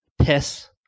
piss